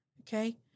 okay